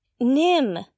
Nim